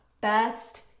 best